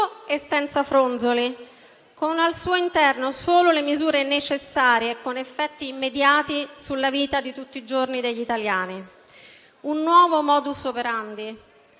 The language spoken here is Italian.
e senza fronzoli, con al suo interno solo le misure necessarie e con effetti immediati sulla vita di tutti i giorni degli italiani. *(Commenti